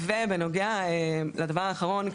ובנוגע לדבר האחרון,